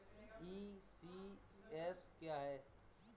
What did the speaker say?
ECS क्या है?